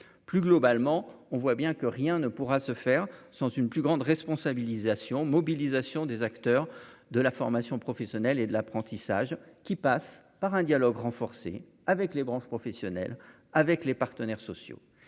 plus globalement, on voit bien que rien ne pourra se faire sans une plus grande responsabilisation mobilisation des acteurs de la formation professionnelle et de l'apprentissage, qui passe par un dialogue renforcé avec les branches professionnelles, avec les partenaires sociaux,